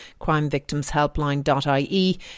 crimevictimshelpline.ie